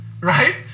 Right